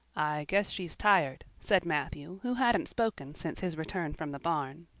guess she's tired, said matthew, who hadn't spoken since his return from the barn.